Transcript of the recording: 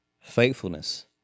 faithfulness